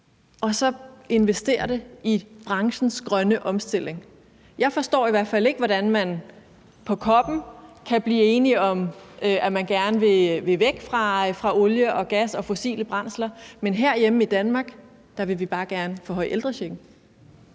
og så investere det i branchens grønne omstilling? Jeg forstår i hvert fald ikke, hvordan man på COP'en kan blive enige om, at man gerne vil væk fra olie, gas og fossile brændsler, men vi herhjemme i Danmark bare gerne vil forhøje ældrechecken.